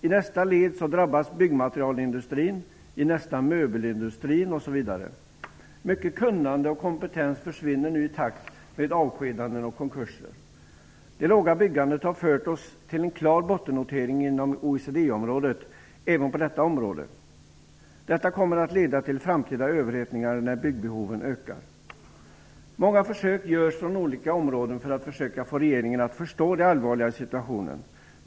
I nästa led drabbas byggmaterialindustrin, i nästa möbelindustrin osv. Mycket kunnande och kompetens försvinner nu i takt med avskedanden och konkurser. Det låga byggandet har fört oss till en klar bottennotering inom OECD-området även i detta sammanhang, något som kommer att leda till framtida överhettningar när byggbehoven ökar. Många försök görs från olika områden att försöka få regeringen att förstå det allvarliga i situationen.